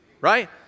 right